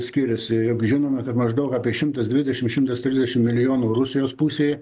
skiriasi juk žinome kad maždaug apie šimtas dvidešimt šimtas trisdešimt milijonų rusijos pusėj